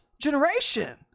generation